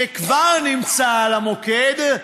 שכבר נמצא על המוקד,